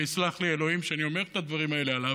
ויסלח לי אלוהים שאני אומר את הדברים האלה עליו,